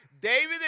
David